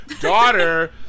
daughter